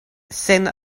sen